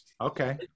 okay